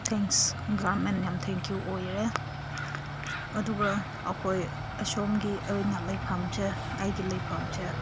thanks ꯒꯔꯃꯦꯟ ꯌꯥꯝ thank you ꯑꯣꯏꯔꯦ ꯑꯗꯨꯒ ꯑꯩꯈꯣꯏ ꯑꯁꯣꯝꯒꯤ ꯑꯩꯅ ꯂꯩꯐꯝꯁꯦ ꯑꯩꯒꯤ ꯂꯩꯐꯝꯁꯦ